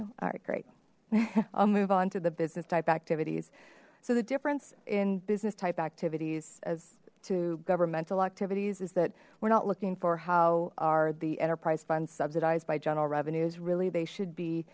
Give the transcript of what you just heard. right great i'll move on to the business type activities so the difference in business type activities as to governmental activities is that we're not looking for how are the enterprise funds subsidized by general revenues really they should be